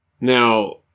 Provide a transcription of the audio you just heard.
Now